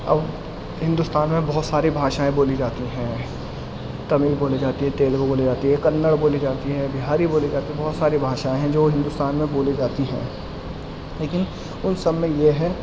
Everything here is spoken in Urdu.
اب ہندوستان میں بہت ساری بھاشائیں بولی جاتی ہیں تمل بولی جاتی ہے تیلگو بولی جاتی ہے کنڑ بولی جاتی ہے بہاری بولی جاتی ہے بہت ساری بھاشائیں ہیں جو ہندوستان میں بولی جاتی ہیں لیکن ان سب میں یہ ہے